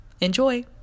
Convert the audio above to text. Enjoy